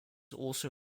also